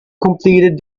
completed